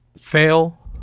fail –